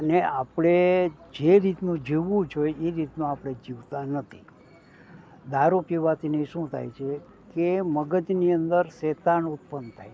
અને આપણે જે રીતનું જીવવું જોઇએ એ રીતનું આપણે જીવતા નથી દારૂ પીવાથીને શું થાય છે કે મગજની અંદર શેતાન ઉત્પન્ન થાય છે